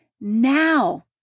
now